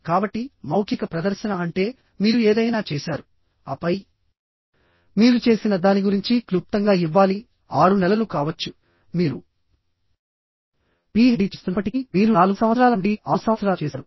కాబట్టి మౌఖిక ప్రదర్శన అంటే మీరు ఏదైనా చేసారుఆపై మీరు చేసిన దాని గురించి క్లుప్తంగా ఇవ్వాలి6 నెలలు కావచ్చుమీరు పీహెచ్డీ చేస్తున్నప్పటికీ మీరు 4 సంవత్సరాల నుండి 6 సంవత్సరాలు చేసారు